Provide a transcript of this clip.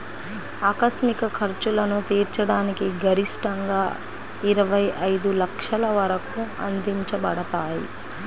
ఆకస్మిక ఖర్చులను తీర్చడానికి గరిష్టంగాఇరవై ఐదు లక్షల వరకు అందించబడతాయి